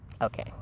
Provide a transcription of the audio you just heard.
okay